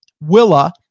Willa